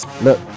Look